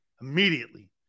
immediately